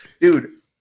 dude